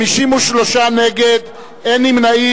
53 נגד, אין נמנעים.